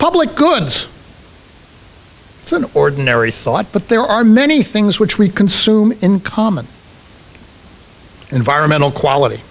public goods it's an ordinary thought but there are many things which we consume in common environmental quality